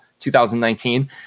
2019